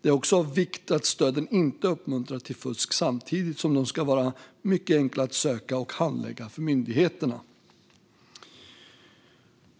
Det är också av vikt att stöden inte uppmuntrar till fusk samtidigt som de ska vara mycket enkla att söka och handlägga för myndigheterna.